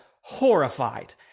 horrified